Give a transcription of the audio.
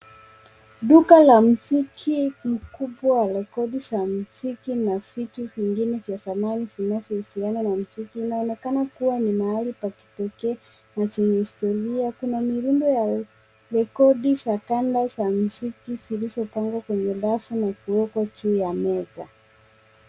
Duka la muziki mkubwa wa rekodi za miziki na vitu vingine vya samani vinavyohusiana na mziki. Inaonekana kuwa ni mahali pa kipekee na chenye historia. Kuna miundo ya rekodi za kanda za muziki zilizopangwa kwenye rafu na kuwekwa juu ya meza.